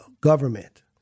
government